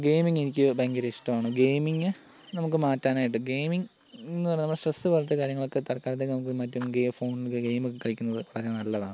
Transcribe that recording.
gaming എനിക്ക് ഭയങ്കര ഇഷ്ടമാണ് ഗെയിമിംഗ് നമുക്ക് മാറ്റാനായിട്ട് ഗെയിമിംഗ് എന്ന് പറയുന്ന സ്ട്രെസ്സ് പോലത്തെ കാര്യങ്ങളൊക്കെ തൽക്കാലത്തേക്ക് നമുക്ക് മറ്റേ ഗെ ഫോൺ ഗെയിം ഒക്കെ കളിക്കുന്നത് വളരെ നല്ലതാണ്